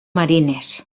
marines